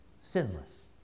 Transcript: sinless